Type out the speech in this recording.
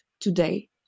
today